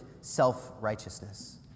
self-righteousness